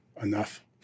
enough